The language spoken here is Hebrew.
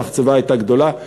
אף-על-פי שהמחצבה הייתה גדולה.